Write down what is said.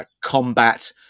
Combat